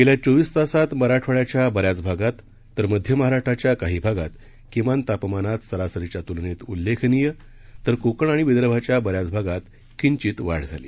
गेल्या चोवीस तासात मराठवाङ्याच्या बऱ्याच भागात तर मध्य महाराष्ट्राच्या काही भागात किमान तापमानात सरासरीच्या तुलनेत उल्लेखनीय तर कोकण आणि विदर्भाच्या बऱ्याच भागात किंचित वाढ झाली